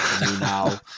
now